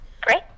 Great